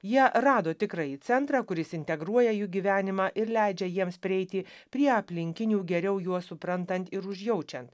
jie rado tikrąjį centrą kuris integruoja jų gyvenimą ir leidžia jiems prieiti prie aplinkinių geriau juos suprantant ir užjaučiant